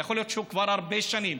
יכול להיות שהוא כבר הרבה שנים.